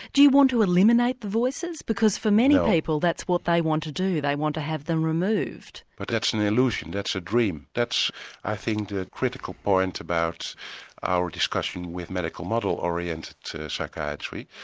do you want to eliminate the voices? because for many people that's what they want to do they want to have them removed. but that's an illusion, that's a dream. that's i think the critical point about our discussion with medical model oriented psychiatry,